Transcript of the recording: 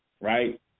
right